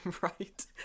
right